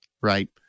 Right